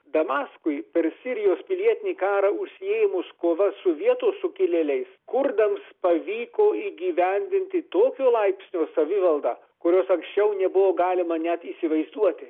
damaskui per sirijos pilietinį karą užsiėmus kova su vietos sukilėliais kurdams pavyko įgyvendinti tokio laipsnio savivaldą kurios anksčiau nebuvo galima net įsivaizduoti